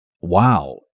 Wow